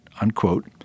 unquote